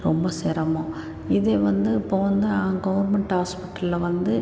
ரொம்ப சிரமம் இதே வந்து இப்போ வந்து ஆ கவர்மெண்ட் ஹாஸ்பிட்டலில் வந்து